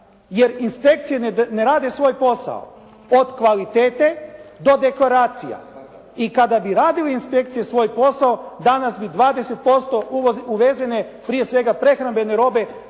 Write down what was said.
Jer inspekcije ne rade svoj posao od kvalitete do dekoracija. I kada bi radile inspekcije svoj posao danas bi 20% uvezene prije svega prehrambene robe